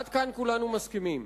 עד כאן כולנו מסכימים.